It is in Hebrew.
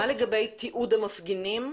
מה לגבי תיעוד המפגינים?